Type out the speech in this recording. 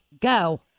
go